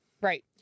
Right